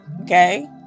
Okay